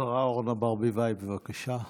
השרה אורנה ברביבאי, בבקשה.